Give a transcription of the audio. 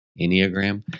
Enneagram